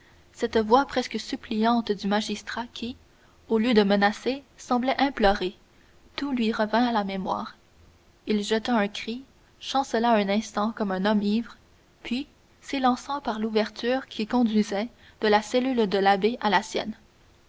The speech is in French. cette voix presque suppliante du magistrat qui au lieu de menacer semblait implorer tout lui revint à la mémoire il jeta un cri chancela un instant comme un homme ivre puis s'élançant par l'ouverture qui conduisait de la cellule de l'abbé à la sienne